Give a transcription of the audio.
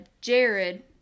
jared